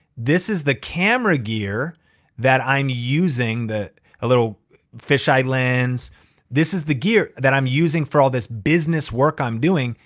this is the camera gear that i'm using, a little fisheye lens this is the gear that i'm using for all this business work i'm doing.